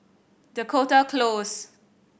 Dakota Close